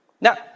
Now